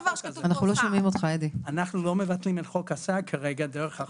אנחנו לא מבטלים את חוק הסעד כרגע דרך החוק הזה.